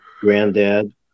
granddad